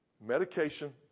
medication